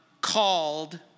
called